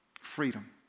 freedom